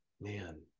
man